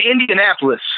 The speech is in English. Indianapolis